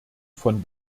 von